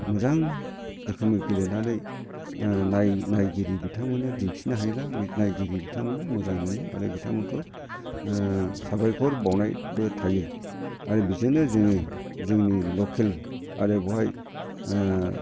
मोजां रोखोमनि गेलेनानै नायगिरि बिथांमोननो दिन्थिनो हायोला नायगिरि बिथांमोना मोजां मोनो आरो बिथांमोनखौ साबायखर बावनायबो थायो आरो बिजोंनो जोङो जोंनि लकेल आरो बहाय